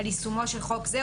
על יישומו של חוק זה,